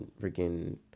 freaking